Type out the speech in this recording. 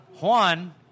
Juan